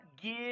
give